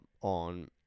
on